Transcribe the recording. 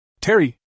Terry